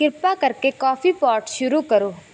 ਕਿਰਪਾ ਕਰਕੇ coffee pot ਸ਼ੁਰੂ ਕਰੋ